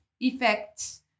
effects